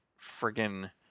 friggin